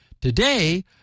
Today